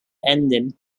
ending